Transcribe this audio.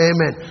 Amen